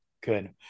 Good